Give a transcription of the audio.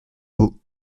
dos